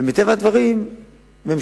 ומטבע הדברים ממשלה,